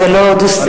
זה לא דו-שיח,